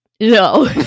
No